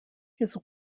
his